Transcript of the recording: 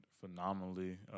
phenomenally